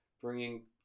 bringing